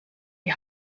die